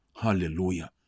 Hallelujah